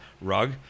rug